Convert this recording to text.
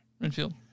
renfield